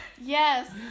Yes